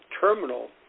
terminal